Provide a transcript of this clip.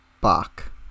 Bach